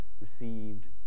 received